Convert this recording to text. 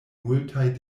multaj